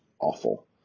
awful